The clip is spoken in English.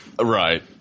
Right